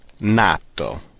nato